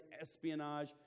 espionage